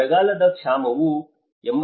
ಬರಗಾಲದ ಕ್ಷಾಮವು 86